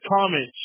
Comment